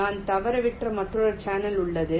நான் தவறவிட்ட மற்றொரு சேனல் உள்ளது